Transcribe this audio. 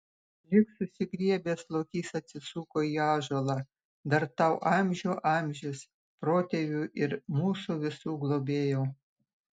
lyg susigriebęs lokys atsisuko į ąžuolą dar tau amžių amžius protėvių ir mūsų visų globėjau